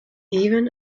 even